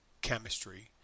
chemistry